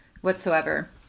whatsoever